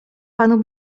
panu